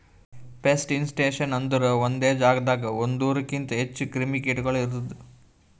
pest infestations ಅಂದುರ್ ಒಂದೆ ಜಾಗದಾಗ್ ಒಂದೂರುಕಿಂತ್ ಹೆಚ್ಚ ಕ್ರಿಮಿ ಕೀಟಗೊಳ್ ಇರದು